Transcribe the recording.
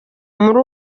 muri